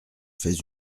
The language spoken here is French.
fais